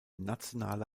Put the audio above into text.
nationale